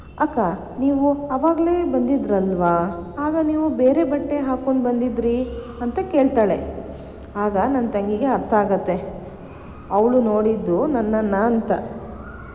ಅಕ್ಕಾ ನೀವು ಆವಾಗಲೇ ಬಂದಿದ್ರಲ್ವಾ ಆಗ ನೀವು ಬೇರೆ ಬಟ್ಟೆ ಹಾಕಿಕೊಂಡು ಬಂದಿದ್ದಿರಿ ಅಂತ ಕೇಳ್ತಾಳೆ ಆಗ ನನ್ನ ತಂಗಿಗೆ ಅರ್ಥ ಆಗತ್ತೆ ಅವಳು ನೋಡಿದ್ದು ನನ್ನನ್ನು ಅಂತ